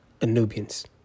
Anubians